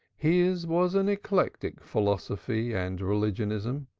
his was an eclectic philosophy and religionism,